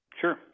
Sure